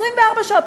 24 שעות,